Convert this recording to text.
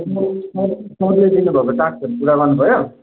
सरले दिनुभएको टास्कहरू पुरा गर्नु भयो